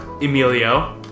Emilio